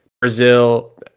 Brazil